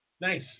Nice